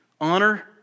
honor